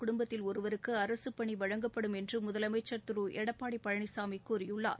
குடும்பத்தில் ஒருவருக்கு அரசு பணி வழங்கப்படும் என்று முதலமைச்சர் திரு எடப்பாடி பழனிசாமி கூறியுள்ளார்